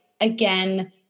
again